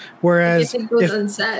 whereas